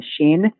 machine